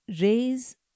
raise